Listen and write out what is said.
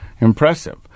impressive